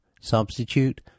substitute